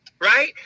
right